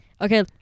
Okay